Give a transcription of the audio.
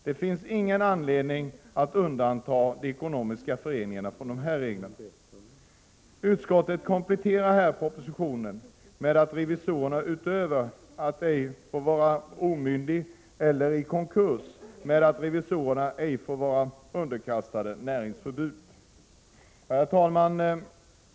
Det finns ingen anledning att undanta de ekonomiska föreningarna från dessa regler. Utskottet kompletterar här propositionen med att revisorerna, utöver att de ej får vara omyndiga eller i konkurs, ej får vara underkastade näringsförbud. Herr talman!